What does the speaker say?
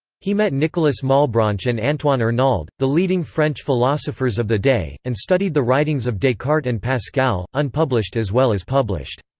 he met nicolas malebranche and antoine arnauld, the leading french philosophers of the day, and studied the writings of descartes and pascal, unpublished as well as published.